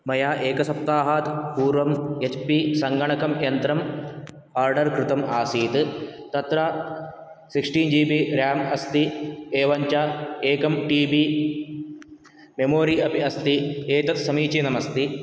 मया एकसप्ताहात् पूर्वं एच् पी सङ्गणकं यन्त्रम् ओर्डर् कृतम् आसीत् तत्र सिक्स्टीन् जी बी रेम् अस्ति एवं च एकं टी बी मेमोरि अपि अस्ति एतत् समीचीनम् अस्ति